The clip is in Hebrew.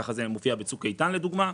כך זה מופיע בצוק איתן לדוגמה,